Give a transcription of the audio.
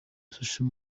social